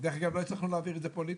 דרך אגב, לא הצלחנו להעביר את זה פוליטית.